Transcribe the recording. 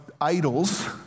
idols